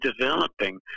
developing